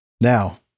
Now